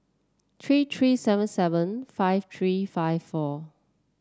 three three seven seven five three five four